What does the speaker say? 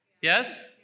Yes